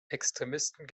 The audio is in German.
extremisten